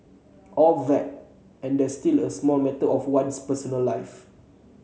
all that and there's still the small matter of one's personal life